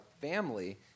family